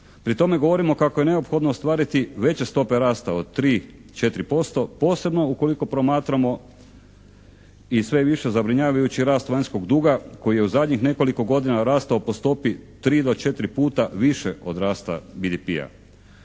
Pri tome govorimo kako je neophodno ostvariti veće stope rasta od 3, 4%, posebno ukoliko promatramo i sve više zabrinjavajući rast vanjskog duga koji je u zadnjih nekoliko godina rastao po stopi 3 do 4 puta više od rasta BDP-a.